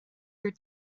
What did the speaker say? your